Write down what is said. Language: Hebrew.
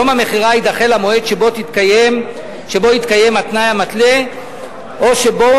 יום המכירה יידחה למועד שבו יתקיים התנאי המתלה או שבו